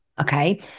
okay